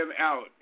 out